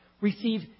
receive